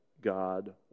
God